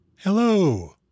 Hello